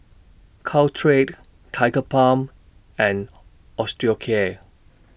Caltrate Tigerbalm and Osteocare